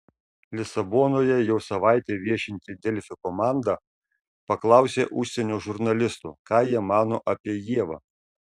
lisabonoje jau savaitę viešinti delfi komanda paklausė užsienio žurnalistų ką jie mano apie ievą